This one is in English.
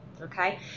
okay